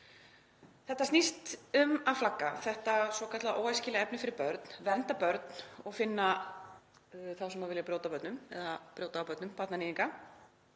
Þetta snýst um að flagga þetta svokallaða óæskilega efni fyrir börn, vernda börn og finna þá sem vilja brjóta á börnum, barnaníðinga.